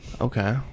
Okay